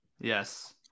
Yes